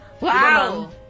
Wow